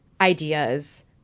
ideas